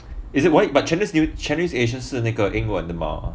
is it why but channel news asia 是那个英文的 mah